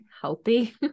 healthy